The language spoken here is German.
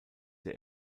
der